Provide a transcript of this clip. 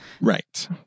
Right